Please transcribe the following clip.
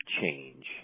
change